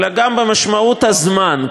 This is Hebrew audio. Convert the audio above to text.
אלא גם במשמעות הזמן.